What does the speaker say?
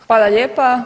Hvala lijepa.